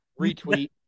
retweet